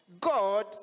God